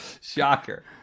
Shocker